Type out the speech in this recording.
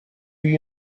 you